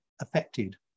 affected